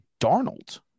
Darnold